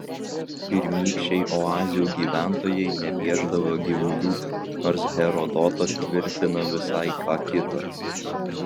pirmykščiai oazių gyventojai nepiešdavo gyvulių nors herodotas tvirtina visai ką kita